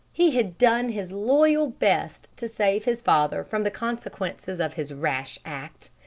he had done his loyal best to save his father from the consequences of his rash act,